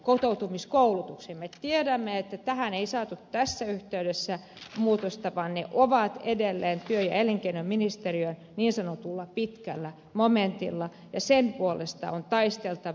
me tiedämme että tähän ei saatu tässä yhteydessä muutosta vaan ne ovat edelleen työ ja elinkei noministeriön niin sanotulla pitkällä momentilla ja sen puolesta on taisteltava